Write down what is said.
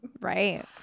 right